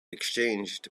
exchanged